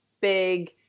big